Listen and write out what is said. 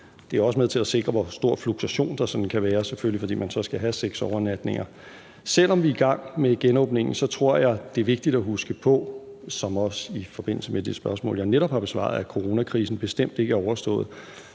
også med til at sikre, hvor stor fluktuation, der sådan kan være, fordi man så skal have seks overnatninger. Selv om vi er i gang med genåbningen, tror jeg, det er vigtigt at huske på – som jeg også sagde i forbindelse med det spørgsmål, jeg netop har besvaret – at coronakrisen bestemt ikke er overstået.